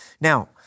Now